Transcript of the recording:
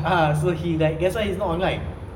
ah so he like that's why he not online